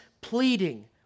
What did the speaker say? pleading